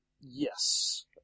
Yes